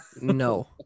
No